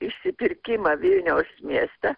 išsipirkimą vilniaus mieste